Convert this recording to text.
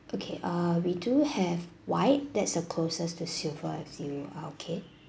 okay uh we do have white that's the closest to silver is that okay